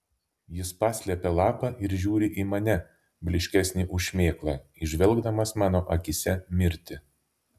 jis paslepia lapą ir žiūri į mane blyškesnį už šmėklą įžvelgdamas mano akyse mirtį